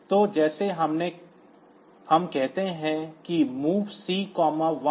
तो जैसे हम कहते हैं कि MOV C 1AH